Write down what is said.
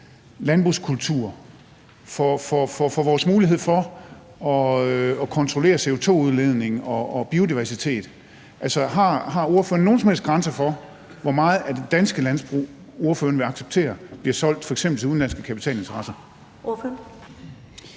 landbrugskultur og for vores mulighed for at kontrollere CO2-udledning og biodiversitet? Altså, har ordføreren nogen som helst grænse for, hvor meget af det danske landbrug ordføreren vil acceptere bliver solgt f.eks. til udenlandske kapitalinteresser?